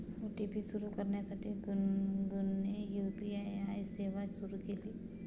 OTP सुरू करण्यासाठी गुनगुनने यू.पी.आय सेवा सुरू केली